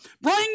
bring